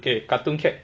eh cartoon cat